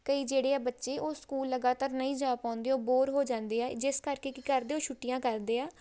ਕਈ ਜਿਹੜੇ ਆ ਬੱਚੇ ਉਹ ਸਕੂਲ ਲਗਾਤਾਰ ਨਹੀਂ ਜਾ ਪਾਉਂਦੇ ਉਹ ਬੋਰ ਹੋ ਜਾਂਦੇ ਆ ਜਿਸ ਕਰਕੇ ਕੀ ਕਰਦੇ ਉਹ ਛੁੱਟੀਆਂ ਕਰਦੇ ਆ